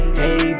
hey